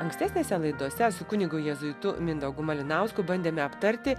ankstesnėse laidose su kunigu jėzuitu mindaugu malinausku bandėme aptarti